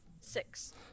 Six